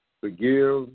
forgive